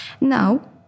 Now